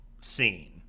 scene